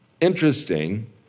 Interesting